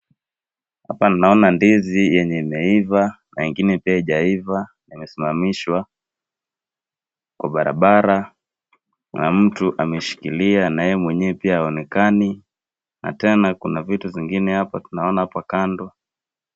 Hapa naona ndizi yenye imeiva na ingine pia haijaiva na imesimamishwa kwa barabara na mtu ameshikilia na yeye mwenyewe pia haonekani na tena kuna vitu zingine hapa tunaona hapa kando.